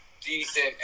decent